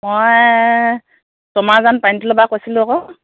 মই কমাৰজান পানীতোলা পৰা কৈছিলোঁ আকৌ